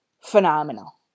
phenomenal